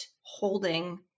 holding